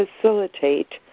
facilitate